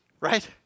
right